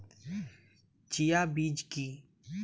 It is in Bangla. চিয়া বীজ কী?